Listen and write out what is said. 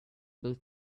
build